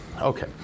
Okay